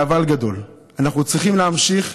ואבל גדול, אנחנו צריכים להמשיך,